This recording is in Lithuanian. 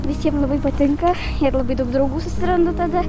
visiem labai patinka ir labai daug draugų susirandu tada